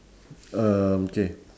um K